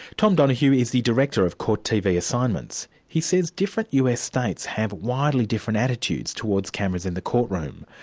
tom donohue is the director of court tv assignments. he says different us states have widely different attitudes towards cameras in the court room.